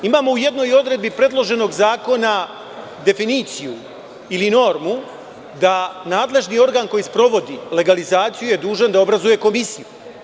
Imao u jednoj odredbi predloženog zakona definiciju ili normu da nadležni organ koji sprovodi legalizaciju je dužan da obrazuje komisiju.